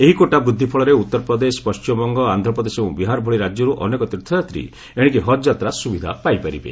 ଏହି କୋଟା ବୃଦ୍ଧି ଫଳରେ ଉତ୍ତରପ୍ରଦେଶ ପଣ୍ଟିମବଙ୍ଗ ଆନ୍ଧ୍ରପ୍ରଦେଶ ଏବଂ ବିହାର ଭଳି ରାଜ୍ୟରୁ ଅଧିକ ତୀର୍ଥଯାତ୍ରୀ ଏଶିକି ହଜ୍ ଯାତ୍ରା ସୁବିଧା ପାଇପାରିବେ